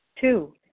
Two